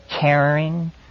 caring